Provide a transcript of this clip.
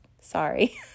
sorry